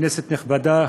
כנסת נכבדה,